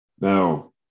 Now